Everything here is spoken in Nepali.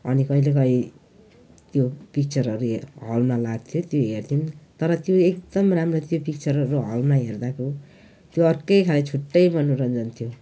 अनि कहिलेकहीँ त्यो पिक्चरहरू हेर् हलमा लाग्थ्यो त्यो हेर्थ्यौँ तर त्यो एकदम राम्रो त्यो पिक्चरहरू हलमा हेर्दाको त्यो अर्कै खाले छुट्टै मनोरञ्जन थियो